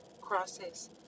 crosses